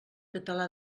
català